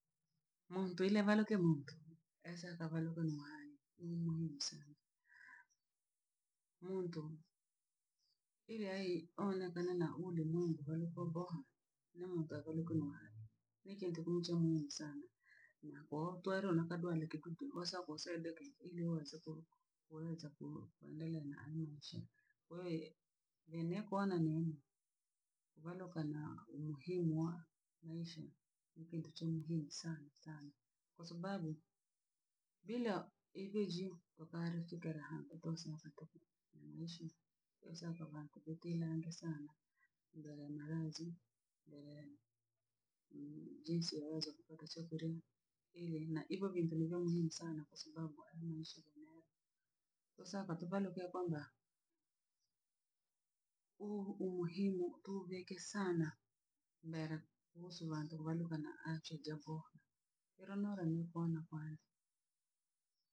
Muntu ile valuke muntu eesaka avaluke nu muhale nu muhimu sana. Muntu iliaye onapanana ule muntu palipo boha ne muntu avalekonuari ni kintu kunicho muhimu sana na kootwero na kadware kidudu hosaa kwoseedeke ili waze koroku koreechakuuwa oleele na amima meshee. Kwo eye vyenekwana nyenye valoka na muhimu wa maisha ne kintu cha muhimu sana sana kwa sababu bila ikijiu ko kale chikera hambe do nsinasatoku mnuishi, kwensanka bhantu bhatilange sana mbele ya malazi, mbele jinsi waweza kupata chokarii ili na ivo ni vintu ni vya muhimu sana kwa sababu haya maisha. Dhosapa tovaloke kwamba uhu umuhimu tubhubheke sana mbere kosubhanda kobhayugana na acheja boha ira nogani kona kwanza.